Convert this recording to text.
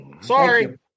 Sorry